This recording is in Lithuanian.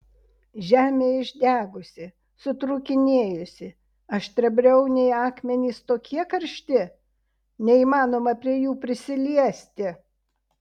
žemė išdegusi sutrūkinėjusi aštriabriauniai akmenys tokie karšti neįmanoma prie jų prisiliesti